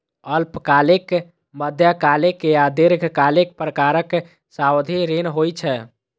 अल्पकालिक, मध्यकालिक आ दीर्घकालिक प्रकारक सावधि ऋण होइ छै